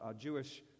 Jewish